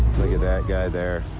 that guy there.